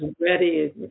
ready